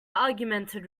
augmented